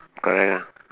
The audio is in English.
correct lah